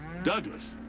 douglas?